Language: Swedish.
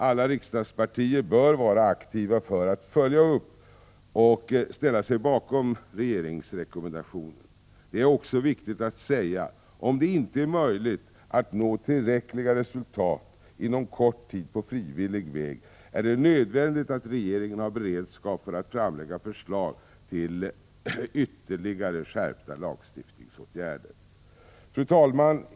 Alla riksdagspartier bör vara aktiva för att följa upp och ställa sig bakom regeringsrekommendationen. Det är också viktigt att säga att det är nödvändigt, om det inte är möjligt att på frivillig väg nå tillräckliga resultat inom en kort tid, att regeringen har beredskap för att framlägga förslag till ytterligare och skärpta lagstiftningsåtgärder. Fru talman!